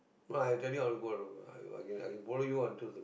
fine I tell you I want to go I will go I will I can I can borrow you onto the